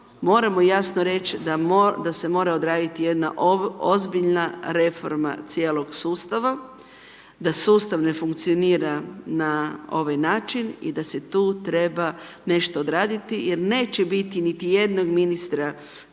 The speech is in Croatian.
moramo jasno reći da se mora odraditi jedna ozbiljna reforma cijelog sustava, da sustav ne funkcionira na ovaj način i da se tu treba nešto odraditi jer neće biti niti jednog ministra